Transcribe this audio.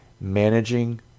managing